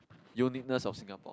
uniqueness of Singapore